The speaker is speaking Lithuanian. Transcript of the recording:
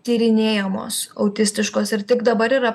tyrinėjamos autistiškos ir tik dabar yra